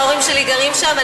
ההורים שלי גרים שם,